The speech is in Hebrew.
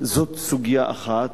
זו סוגיה אחת.